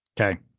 Okay